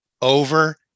over